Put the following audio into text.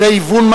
זה היוון,